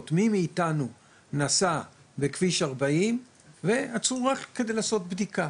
מי מאתנו נסע בכביש 40 ועצרו רק כדי לעשות בדיקה?